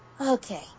Okay